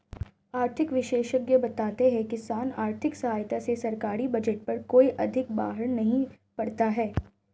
आर्थिक विशेषज्ञ बताते हैं किसान आर्थिक सहायता से सरकारी बजट पर कोई अधिक बाहर नहीं पड़ता है